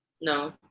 No